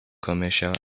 commercial